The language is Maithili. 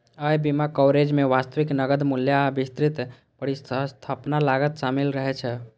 अय बीमा कवरेज मे वास्तविक नकद मूल्य आ विस्तृत प्रतिस्थापन लागत शामिल रहै छै